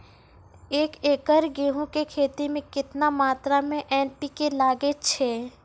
एक एकरऽ गेहूँ के खेती मे केतना मात्रा मे एन.पी.के लगे छै?